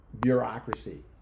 bureaucracy